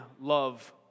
love